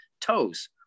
toes